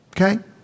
Okay